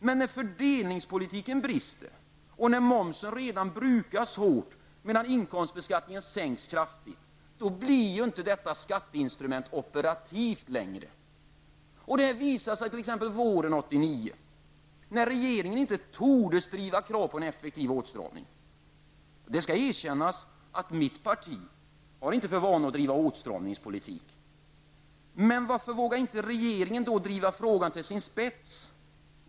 Men när fördelningspolitiken brister och när momsen redan brukas hårt medan inkomstbeskattningen sänks kraftigt, då blir inte det skatteinstrumentet längre operativt. Detta visade sig t.ex våren 1989 när regeringen inte tordes driva kravet på en effektiv åtstramning. Det skall erkännas att mitt parti inte har för vana att driva åtstramningspolitik. Men varför vågade inte regeringen driva frågan till sin spets?